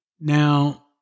Now